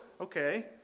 okay